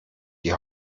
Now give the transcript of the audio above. die